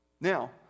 Now